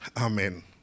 Amen